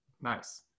Nice